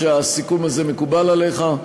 שהסיכום הזה מקובל עליך,